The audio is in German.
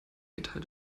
geteilt